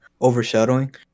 overshadowing